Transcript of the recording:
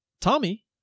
Tommy